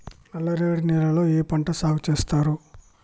నల్లరేగడి నేలల్లో ఏ పంట సాగు చేస్తారు?